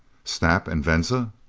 snap and venza?